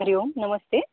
हरिः ओं नमस्ते